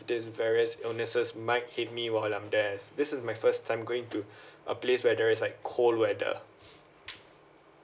these various illnesses might hit me while I'm there this is my first time going to a place weather is like cold weather